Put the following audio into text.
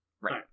Right